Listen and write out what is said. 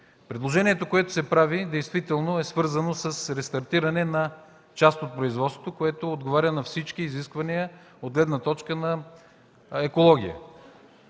Предложението, което се прави, действително е свързано с рестартиране на част от производството, което отговаря на всички изисквания от гледна точка на екологията